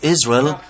Israel